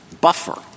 buffer